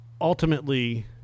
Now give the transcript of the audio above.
ultimately